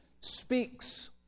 speaks